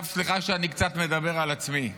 סליחה שאני קצת מדבר על עצמי,